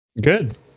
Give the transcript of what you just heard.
good